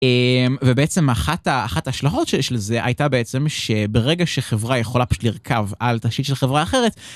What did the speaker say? אמ... ובעצם אחת השלכות שיש לזה הייתה בעצם שברגע שחברה יכולה פשוט לרכב על תשית של חברה אחרת.